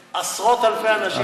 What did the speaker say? שעשרות אלפי אנשים ייהנו מזה.